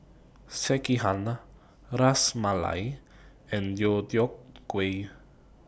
Sekihan Ras Malai and Deodeok Gui